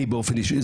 אני באופן אישי,